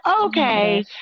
okay